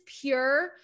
pure